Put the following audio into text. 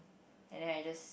and then I just